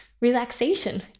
relaxation